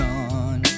on